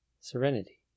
serenity